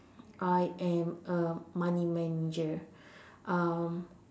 I am a money manager um